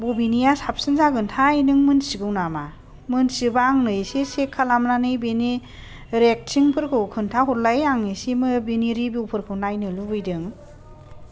बबेनिया साबसिन जागोनथाय नों मिथिगौ नामा मोनथियोबा आंनो एसे सेक खालामनानै बेनि रेथिं फोरखौ खोन्थाहरलाय आं एसे बेनि रिबिउ फोरखौ नायनो लुबैदों